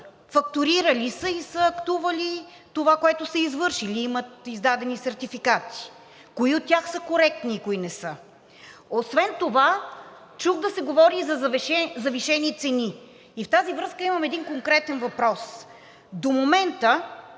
фактурирали са и са актували това, което са извършили, имат издадени сертификати. Кои от тях са коректни и кои не са? Освен това чух да се говори и за завишени цени. И в тази връзка имам един конкретен въпрос – до момента